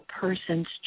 person's